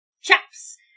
chaps